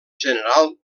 general